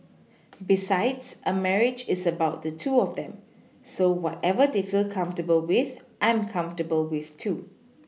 besides a marriage is about the two of them so whatever they feel comfortable with I'm comfortable with too